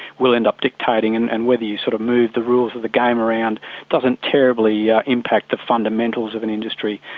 end up dictating, and and whether you sort of move the rules of the game around doesn't terribly yeah impact the fundamentals of an industry.